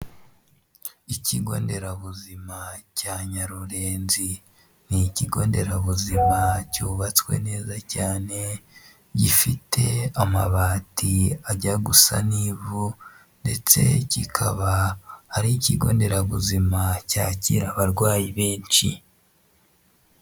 Ikigo nderabuzima cya Nyarurenzi, ni ikigo nderabuzima cyubatswe neza cyane gifite amabati ajya gusa n'ivu ndetse kikaba ari ikigo nderabuzima cyakira abarwayi benshi.